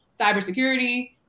cybersecurity